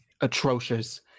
atrocious